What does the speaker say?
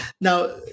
now